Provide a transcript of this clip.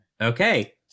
Okay